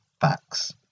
facts